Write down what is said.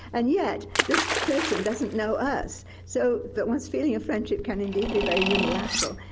and yet this person doesn't know us, so that one's feeling of friendship can indeed be very unilateral,